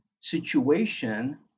situation